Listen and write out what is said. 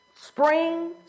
Spring